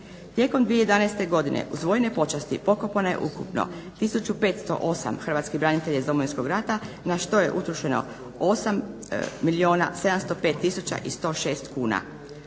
Tijekom 2011.godine uz vojne počasti pokopano je ukupno tisuću 508 hrvatskih branitelja iz Domovinskog rata na što je utrošeno 8 milijuna